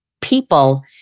people